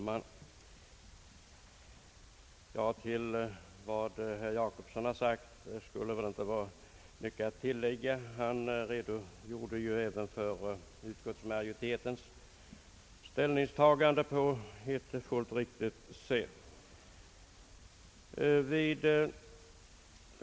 Herr talman! Utöver vad herr Jacobsson sagt skulle det väl inte vara så mycket att tillägga. Han redogjorde ju även på ett fullt riktigt sätt för utskottsmajoritetens ställningstagande.